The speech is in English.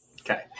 Okay